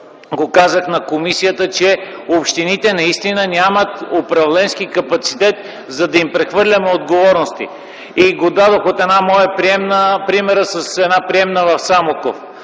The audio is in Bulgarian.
го казах на комисията, че общините наистина нямат управленски капацитет, за да им прехвърляме отговорности. Примерът го дадох от една моя приемна в Самоков.